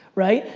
right?